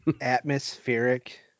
atmospheric